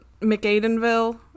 McAdenville